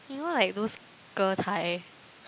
you know like those Getai